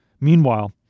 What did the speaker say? Meanwhile